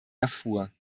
erfuhr